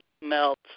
melt